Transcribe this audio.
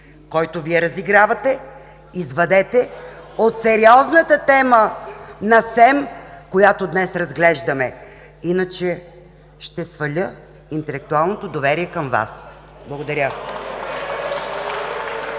който Вие разигравате, извадете от сериозната тема на СЕМ, която днес разглеждаме. Иначе ще сваля интелектуалното доверие към Вас. Благодаря